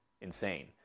insane